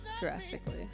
drastically